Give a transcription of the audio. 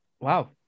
Wow